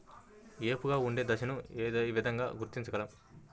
ఏపుగా ఉండే దశను ఏ విధంగా గుర్తించగలం?